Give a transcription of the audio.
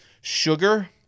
Sugar